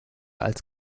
als